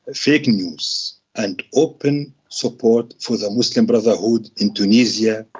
ah fake news and open support for the muslim brotherhood in tunisia,